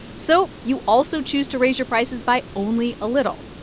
so you also choose to raise your prices by only a little.